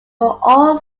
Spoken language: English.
all